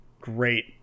great